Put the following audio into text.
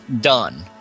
Done